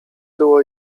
było